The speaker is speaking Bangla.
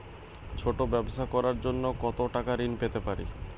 ছোট ব্যাবসা করার জন্য কতো টাকা ঋন পেতে পারি?